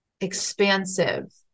Expansive